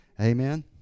Amen